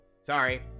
Sorry